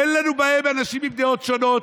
אין לנו בעיה עם אנשים עם דעות שונות.